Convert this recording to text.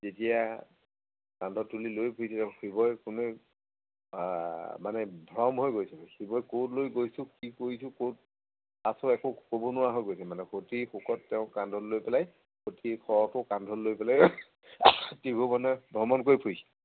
যেতিয়া কান্ধত তুলি লৈ ফুৰিছিলে তেওঁ শিৱই কোনো মানে ভ্ৰম হৈ গৈছিলে শিৱই ক'লৈ গৈছোঁ কি কৰিছোঁ ক'ত আছো একো ক'ব নোৱাৰা হৈছিল মানে সতীৰ শোকত তেওঁ কান্ধত লৈ পেলাই সতীৰ শৱটো কান্ধত লৈ পেলাই ত্ৰিভূৱনে ভ্ৰমণ কৰি ফুৰিছিল